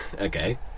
Okay